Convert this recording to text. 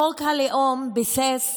חוק הלאום ביסס